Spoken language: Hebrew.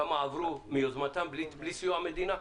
כמה עברו מיוזמתם בלי סיוע המדינה?